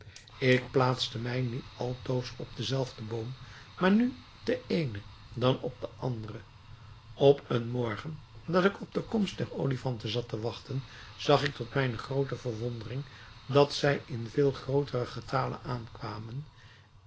ik plaatste mij niet altoos op den zelfden boom maar nu op den eenen dan op den anderen op een morgen dat ik op de komst der olifanten zat te wachten zag ik tot mijne groote verwondering dat zij in veel grooteren getale aankwamen